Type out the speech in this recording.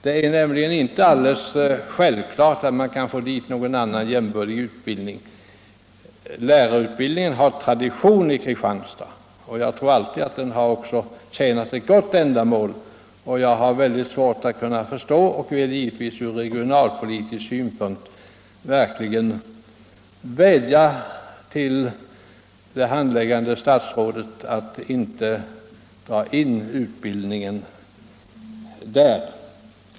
Det är nämligen inte alldeles säkert att man kan få dit någon annan jämbördig utbildning. Jag har mycket svårt att förstå det inträffade och vill från regionalpolitisk synpunkt verkligen vädja till det handläggande statsrådet att inte dra in utbildningen där.